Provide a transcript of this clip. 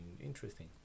interesting